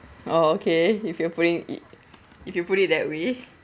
oh okay if you are putting it if you put it that way